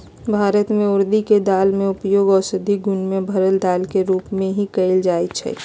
भारत में उर्दी के दाल के उपयोग औषधि गुण से भरल दाल के रूप में भी कएल जाई छई